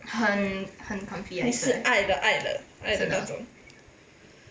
你是爱的爱的爱的那种